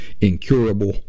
incurable